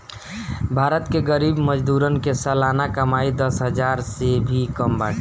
भारत के गरीब मजदूरन के सलाना कमाई दस हजार से भी कम बाटे